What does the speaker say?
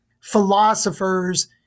philosophers